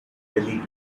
really